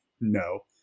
no